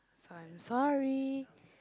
so I'm sorry